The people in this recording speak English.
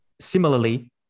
Similarly